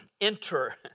enter